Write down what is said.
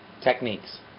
Techniques